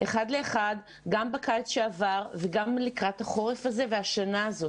גם בקיץ שעבר וגם לקראת החורף הזה והשנה הזאת.